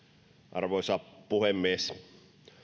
arvoisa puhemies